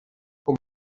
com